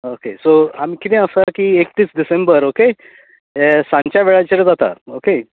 okay so आमी किदें आसा की एकतीस डिसेंबर ओके हें सांच्या वेळाचेर जाता ओके